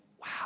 wow